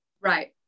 Right